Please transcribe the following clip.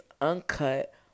uncut